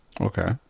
Okay